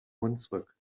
hunsrück